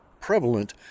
prevalent